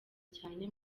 cyane